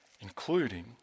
including